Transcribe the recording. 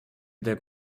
teeb